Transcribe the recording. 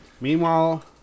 Meanwhile